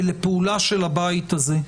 ולפעולה של הבית הזה.